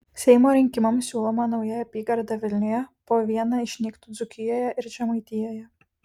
seimo rinkimams siūloma nauja apygarda vilniuje po vieną išnyktų dzūkijoje ir žemaitijoje